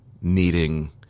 needing